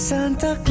Santa